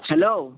hello